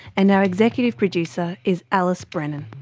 and our executive producer is alice brennan.